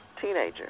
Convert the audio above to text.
teenager